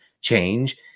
change